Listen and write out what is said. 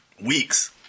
weeks